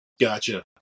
gotcha